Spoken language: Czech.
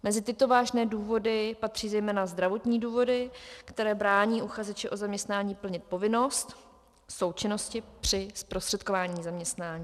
Mezi tyto vážné důvody patří zejména zdravotní důvody, které brání uchazeči o zaměstnání plnit povinnost v součinnosti při zprostředkování zaměstnání.